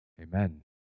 amen